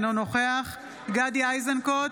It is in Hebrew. אינו נוכח גדי איזנקוט,